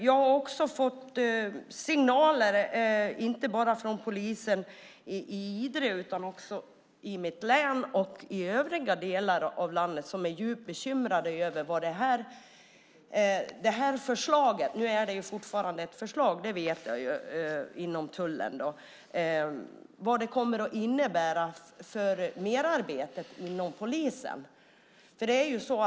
Jag har fått signaler inte bara från polisen i Idre utan också i mitt hemlän och i övriga delar av landet om att man är djupt bekymrade över vad förslaget inom tullen - jag vet att det fortfarande är ett förslag - kommer att innebära för merarbete inom polisen.